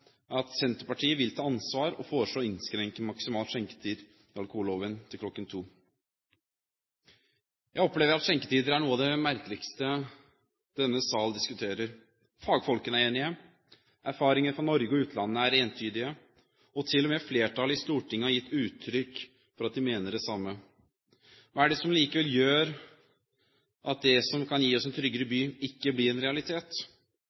at Senterpartiet vil ta ansvar og foreslå å innskrenke maksimal skjenketid i alkoholloven til kl. 02.00. Jeg opplever at skjenketider er noe av det merkeligste denne sal diskuterer. Fagfolkene er enige, erfaringene fra Norge og fra utlandet er entydige, og til og med flertallet i Stortinget har gitt uttrykk for at de mener det samme. Hva er det som likevel gjør at det som kan gi oss en tryggere by, ikke blir en realitet?